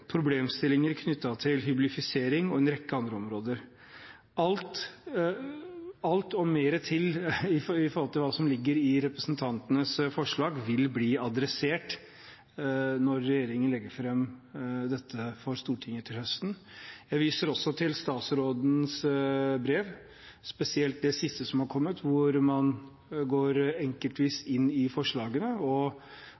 problemstillinger knyttet til hyblifisering og en rekke andre områder. Alt og mer til i tilknytning til hva som ligger i representantenes forslag, vil bli tatt tak i når regjeringen legger fram dette for Stortinget til høsten. Jeg viser også til statsrådens brev, spesielt det siste som har kommet, hvor man går inn i forslagene enkeltvis